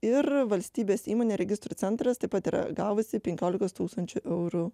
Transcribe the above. ir valstybės įmonė registrų centras taip pat yra gavusi penkiolikos tūkstančių eurų